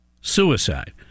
Suicide